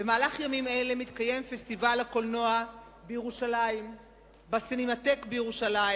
בימים אלה מתקיים פסטיבל הקולנוע בסינמטק בירושלים.